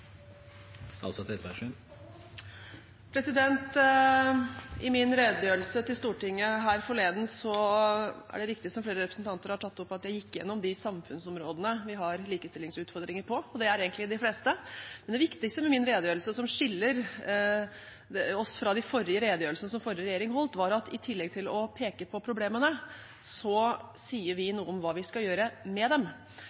i min redegjørelse til Stortinget her forleden, som flere representanter har tatt opp, gikk gjennom de samfunnsområdene vi har likestillingsutfordringer på. Det er egentlig de fleste. Men det viktigste med min redegjørelse, som skiller oss fra de redegjørelsene som forrige regjering holdt, var at vi i tillegg til å peke på problemene sier noe om hva vi